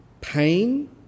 Pain